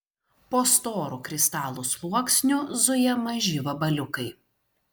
po storu kristalų sluoksniu zuja maži vabaliukai